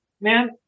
man